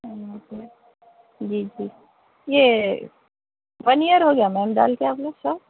جی جی یہ one year ہوگیا میم ڈال کے آپ لوگ شاپ